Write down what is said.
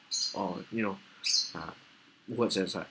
or you know ah works aside